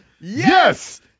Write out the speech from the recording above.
Yes